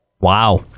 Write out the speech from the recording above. Wow